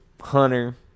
Hunter